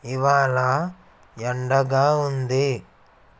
ఇవాళ ఎండగా ఉంది